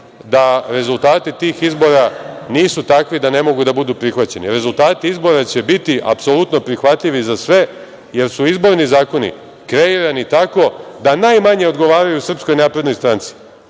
da rezultati tih izbora nisu takvi da ne mogu da budu prihvaćeni. Rezultati izbora će biti apsolutno prihvatljivi za sve, jer su izborni zakoni kreirani tako da najmanje odgovaraju SNS, a svima ostalima